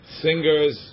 singers